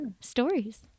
stories